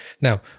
Now